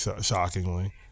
shockingly